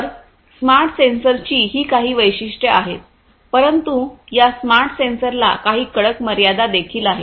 तर स्मार्ट सेन्सरची ही काही वैशिष्ट्ये आहेत परंतु या स्मार्ट सेन्सरला काही कडक मर्यादा देखील आहेत